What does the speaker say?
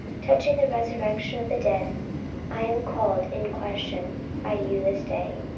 touching the resurrection of the dead i am called in question by you this day.